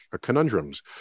Conundrums